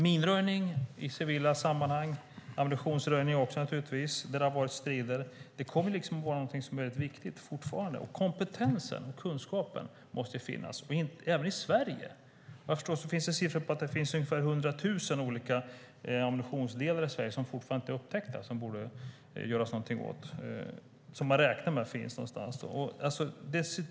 Minröjning i civila sammanhang och ammunitionsröjning där det har varit strider kommer att vara viktigt även i fortsättningen. Kompetensen måste finnas även i Sverige. Det finns uppgifter om att man räknar med att det finns ungefär hundra tusen olika ammunitionsdelar i Sverige som fortfarande inte är upptäckta och som man borde göra något åt.